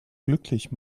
glücklich